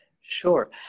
Sure